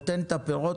נותן את הפירות,